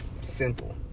Simple